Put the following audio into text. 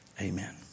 Amen